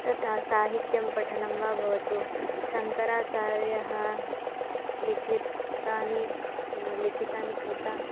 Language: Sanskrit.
तथा साहित्यं पठनं वा भवतु शङ्कराचार्येण लिखितानि लिखितानि कृत्यानि